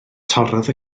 torrodd